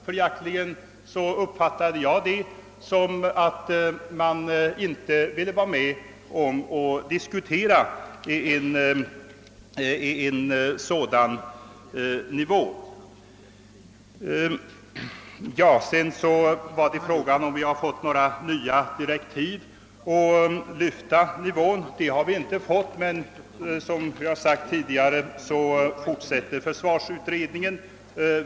Följaktligen uppfattade vi det som att man inte ville vara med om att diskutera en sådan nivå. Sedan frågades det om vi hade fått några nya direktiv i fråga om att lyfta nivån. Det har vi inte fått, men som tidigare har sagts fortsätter försvarsutredningen sitt arbete.